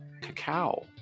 cacao